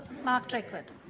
mark drakeford.